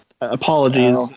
apologies